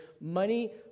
money